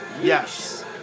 Yes